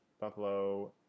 buffalo